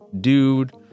dude